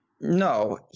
No